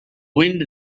wind